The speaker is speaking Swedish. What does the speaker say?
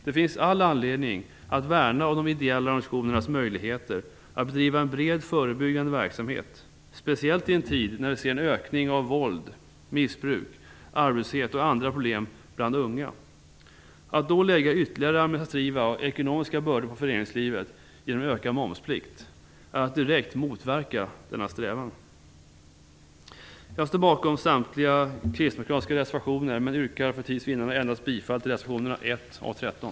Det finns all anledning att värna om de ideella organisationernas möjligheter att bedriva en bred förebyggande verksamhet, speciellt i en tid när vi ser en ökning av våld, missbruk, arbetslöshet och andra problem bland unga. Att lägga ytterligare administrativa och ekonomiska bördor på föreningslivet genom ökad momsplikt är att direkt motverka denna strävan. Jag står bakom samtliga kristdemokratiska reservationer men yrkar för tids vinnande endast bifall till reservationerna nr 1 och nr 13.